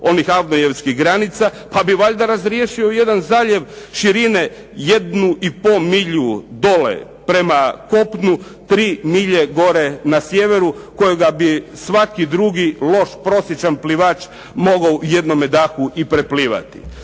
onih avnojevskih granica, pa bi valjda razriješio jedan zaljev širine jednu i pol milju dole prema kopnu, tri milje gore na sjeveru kojega bi svaki drugi loš, prosječan plivač mogao u jednome dahu i preplivati.